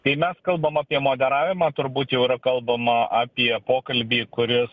kai mes kalbam apie modeliavimą turbūt jau yra kalbama apie pokalbį kuris